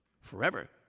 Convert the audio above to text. forever